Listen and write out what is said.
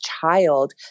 child